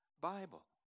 Bible